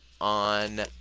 on